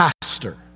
pastor